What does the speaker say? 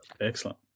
Excellent